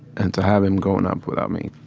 and to have him growing up without me